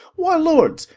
why, lords,